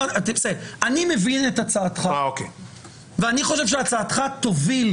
אני מבין את הצעתך ואני חושב שהצעתך תוביל